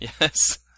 Yes